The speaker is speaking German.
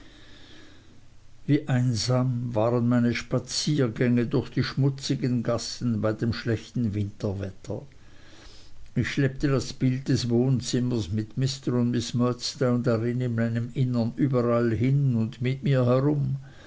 wie einsam waren meine spaziergänge durch die schmutzigen gassen bei dem schlechten winterwetter ich schleppte das bild des wohnzimmers mit mr und miß murdstone darin in meinem innern überall hin und mit mir herum